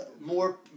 more